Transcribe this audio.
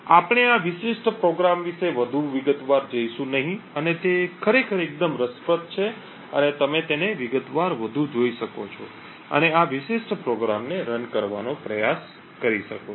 આપણે આ વિશિષ્ટ પ્રોગ્રામ વિશે વધુ વિગતવાર જઈશું નહીં અને તે ખરેખર એકદમ રસપ્રદ છે અને તમે તેને વિગતવાર વધુ જોઈ શકો છો અને આ વિશિષ્ટ પ્રોગ્રામને ચલાવવાનો પ્રયાસ કરી શકો છો